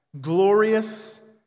glorious